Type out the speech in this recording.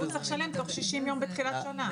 כי הוא צריך לשלם תוך 60 יום בתחילת שנה.